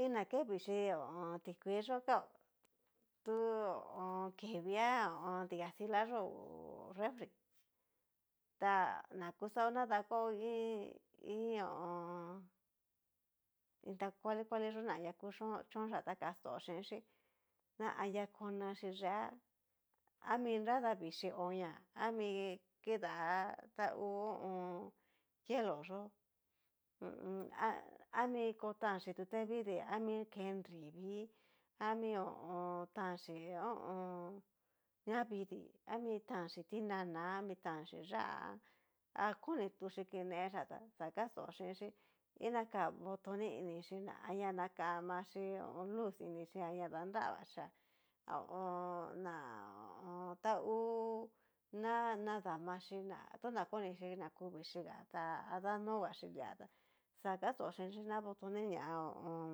Iin na ke vichii tikuii yó kao, tu ho o on. kivia dikastila ngu refri ta na kuxao na dakuao iin iin ta kuali kuali yó ña anria kuchón ta kasto chinxí na anria konachi yeá ami nrada vixhí onia ami kidá tangu ho o on. hielo yó ho o on. ami kotanxhí tute vidii ami ke nrivii ami ho o on. tanxi ho o on. ñavidii ami tanxí tinana ni tanxhí yá'a, a koni tuxhi kinechia tá kasto xhinchi inaka botoni inichí ná anria nakamachí ho o on. luz inixhí anria danravaxhía, na ho o on. tangu na nadamaxhí na tona konichí ná ku vichí nga'tá a danogaxhi líata xa kasto xhinchi nra botoni ña ho o on.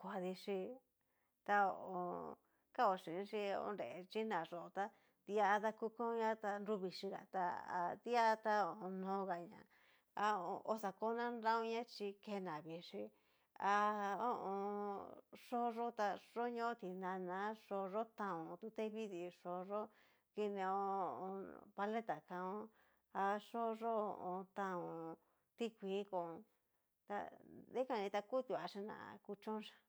kuadichí ta ho kao xhinxi onre chí nayó ta dia dakukun ña tá nru vixhia tá a di'a ta nongaña, a oxa kona nraon ña chí ke na vichí ha ho o on. xó yó tá yo ñoo tinana xó yó tanon tutevidii xó yó kineon paleta kaon, ha xoyó taón ti kuii kón ta dikani ta kutuachí ná kuchón xhía.